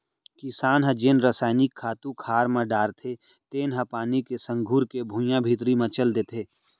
किसान ह जेन रसायनिक खातू खार म डारथे तेन ह पानी के संग घुरके भुइयां भीतरी म चल देथे